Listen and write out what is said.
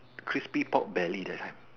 crispy pork Belly that's right